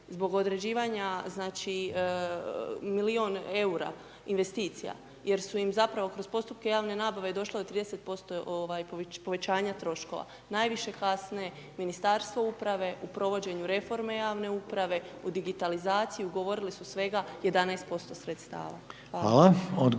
zbog određivanja milijun eura investicija jer su im zapravo kroz postupke javne nabave, došlo do 30% povećanja troškova. Najviše kasni Ministarstvo uprave u provođenju reforme javne uprave, u digitalizaciji ugovorili su svega 11% sredstva.